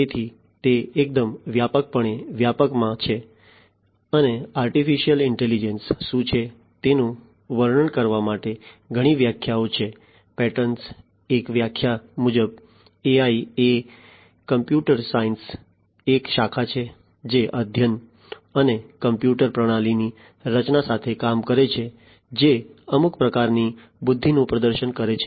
તેથી તે એકદમ વ્યાપકપણે વ્યાપમાં છે અને આર્ટિફિશિયલ ઇન્ટેલિજન્સ શું છે તેનું વર્ણન કરવા માટે ઘણી વ્યાખ્યાઓ છેપેટરસનની એક વ્યાખ્યા મુજબ AI એ કોમ્પ્યુટર સાયન્સની એક શાખા છે જે અધ્યયન અને કોમ્પ્યુટર પ્રણાલીની રચના સાથે કામ કરે છે જે અમુક પ્રકારની બુદ્ધિનું પ્રદર્શન કરે છે